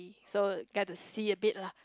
so get to see a bit lah